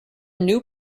new